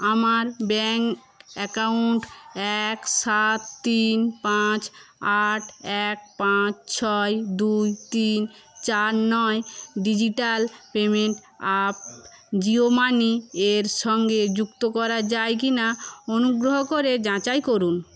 আমার bank account এক সাত তিন পাঁচ আট এক পাঁচ ছয় দুই তিন চার নয় ডিজিটাল পেমেন্ট অ্যাপ জিও মানিয়ের সঙ্গে যুক্ত করা যায় কি না অনুগ্রহ করে যাচাই করুন